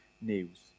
news